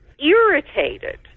irritated